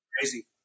crazy